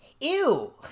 Ew